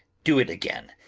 do it again!